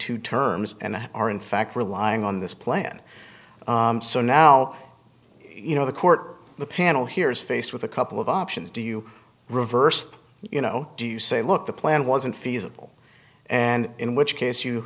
to terms and are in fact relying on this plan so now you know the court the panel here is faced with a couple of options do you reverse the you know do you say look the plan wasn't feasible and in which case you